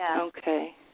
Okay